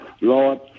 Lord